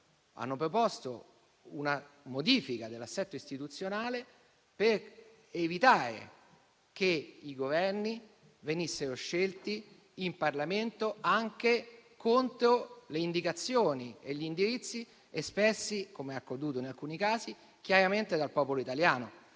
hanno proposto una modifica dell'assetto istituzionale per evitare che i Governi vengano scelti in Parlamento anche contro le indicazioni e gli indirizzi espressi chiaramente dal popolo italiano,